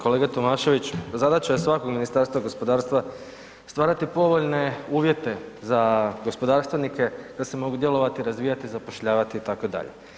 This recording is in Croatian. Kolega Tomašević, zadaća je svakog Ministarstva gospodarstva stvarati povoljne uvjete za gospodarstvenike da se mogu djelovati, razvijati i zapošljavati itd.